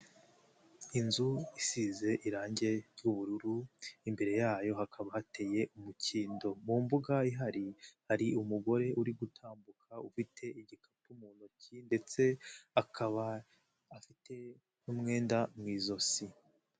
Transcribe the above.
Inzu isize irangi ry'ubururu, imbere yayo hakaba hateye umukindo, mu mbuga ihari hari umugore uri gutambuka ufite igikapu mu ntoki ndetse akaba afite n'umwenda mu ijosi.